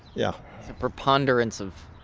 yeah the preponderance of